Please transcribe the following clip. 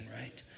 right